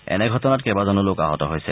এনে ঘটনাত কেইবাজনো লোক আহত হৈছে